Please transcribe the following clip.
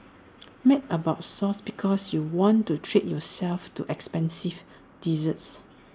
mad about Sucre because you want to treat yourself to expensive desserts